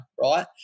right